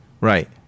Right